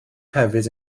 hefyd